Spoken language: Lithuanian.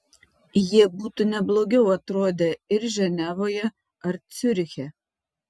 jie būtų ne blogiau atrodę ir ženevoje ar ciuriche